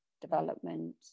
development